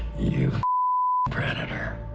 you predator.